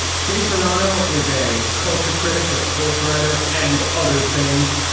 shea serrano is a culture critic a sportswriter and other things.